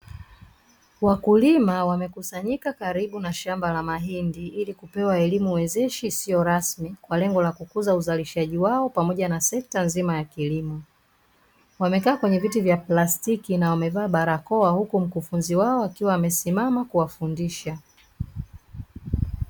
Wakulima wamekusanyika karibu na shamba la mahindi ili kupewa elimu wezeshi isiyo rasmi kwa lengo la kukuza uzalishaji wao pamoja na sekta nzima ya kilimo. Wamekaa kwenye viti vya plastiki na wamevaa barakoa huku mkufunzi wao akiwa amesimama kuwafundisha.